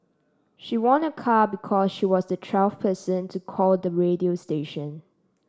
she won a car because she was the twelfth person to call the radio station